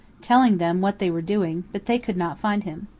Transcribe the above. telling them what they were doing but they could not find him.